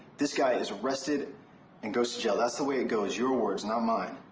this guy is arrested and goes to jail. that's the way it goes. your words, not mine.